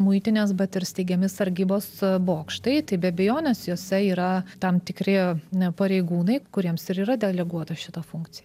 muitinės bet ir steigiami sargybos bokštai tai be abejonės juose yra tam tikri na pareigūnai kuriems ir yra deleguota šita funkcija